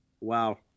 Wow